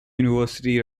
university